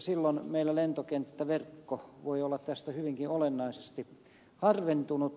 silloin meillä lentokenttäverkko voi olla tästä hyvinkin olennaisesti harventunut